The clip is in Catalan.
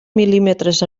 mil·límetres